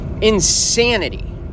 insanity